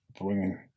bringing